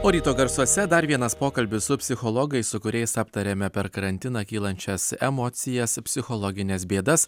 o ryto garsuose dar vienas pokalbis su psichologais su kuriais aptarėme per karantiną kylančias emocijas psichologines bėdas